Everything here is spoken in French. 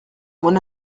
mon